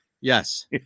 yes